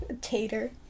tater